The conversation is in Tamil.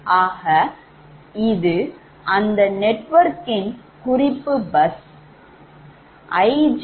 ஆக இது அந்த நெட்வொர்க்கின் குறிப்பு bus